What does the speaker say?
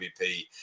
MVP